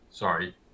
Sorry